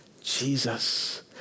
Jesus